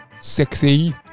sexy